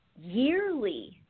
yearly